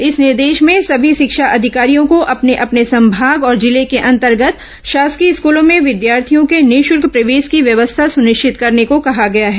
इस निर्देश में समी शिक्षा अधिकारियों को अपने अपने संभाग और जिले के अंतर्गत शासकीय स्कूलों में विद्यार्थियों के निःशुल्क प्रवेश की व्यवस्था सुनिश्चित करने को कहा है